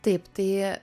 taip tai